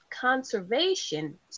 conservation